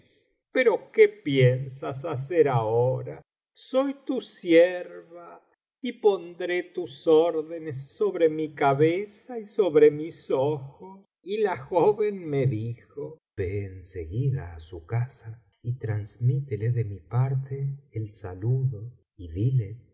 pero qué piensas hacer ahora soy tu sierva y pondré tus órdenes sobre mi cabeza y sobre mis ojos y la joven me dijo ve en seguida á su casa y transmítele de mi parte el saludo y dile